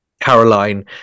Caroline